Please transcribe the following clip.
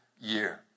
year